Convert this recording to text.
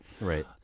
right